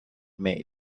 made